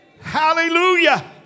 Hallelujah